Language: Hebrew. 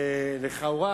ולכאורה,